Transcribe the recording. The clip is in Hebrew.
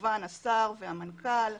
השר והמנכ"ל,